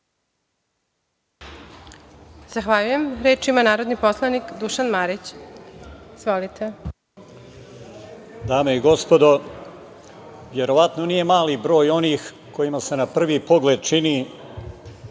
Zahvaljujem. Reč ima narodni poslanik Dušan Marić. Izvolite. **Dušan Marić** Dame i gospodo, verovatno nije mali broj onih kojima se na prvi pogled čini